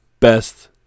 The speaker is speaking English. Best